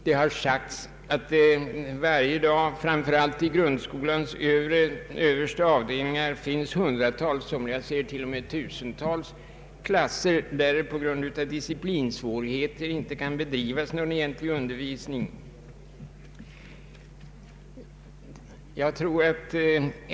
Det har sagts att det varje dag, framför allt i grundskolans högsta avdelningar, finns hundratals, somliga säger till och med tusentals, klasser där det på grund av disciplinsvårigheter inte kan bedrivas någon egentlig undervisning.